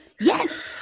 yes